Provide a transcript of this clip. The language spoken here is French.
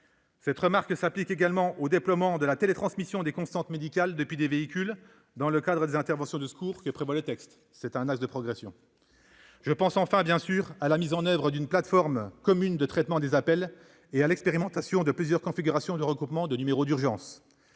Cette remarque s'applique également au déploiement de la télétransmission des constantes médicales depuis les véhicules dans le cadre des interventions de secours, prévu dans le texte. Enfin, soulignons la mise en oeuvre d'une plateforme commune de traitement des appels et l'expérimentation de plusieurs configurations de regroupement de numéros d'urgence.